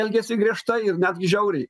elgėsi griežtai ir netgi žiauriai